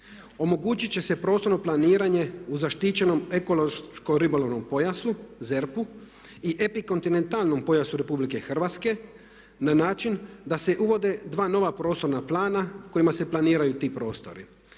omogućit će se prostorno planiranje u zaštićenom ekološko-ribolovnom pojasu ZERP-u i epikontinentalnom pojasu Republike Hrvatske na način da se uvode dva nova prostorna plana kojima se planiraju ti prostori.